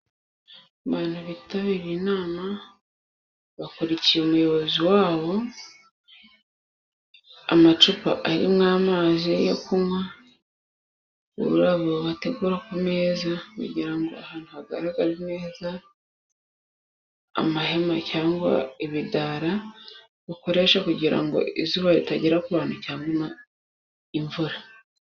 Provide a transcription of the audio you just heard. Abantu bitabiriye inama bakurikiye umuyobozi wabo. Amacupa arimo amazi yo kunywa. Ururabo bategura ku meza kugira ngo ahantu hagaragare neza. Amahema cyangwa ibidara, ukoresha kugira ngo izuba ritagera ku bantu cyangwa imvura.